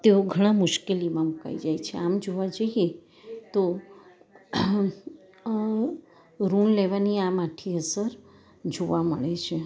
તેઓ ઘણા મુશ્કેલીમાં મુકાઈ જાય છે આમ જોવા જઈએ તો ઋણ લેવાની આ માઠી અસર જોવા મળે છે